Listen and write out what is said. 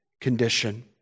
condition